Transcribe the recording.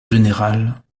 général